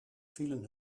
vielen